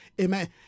amen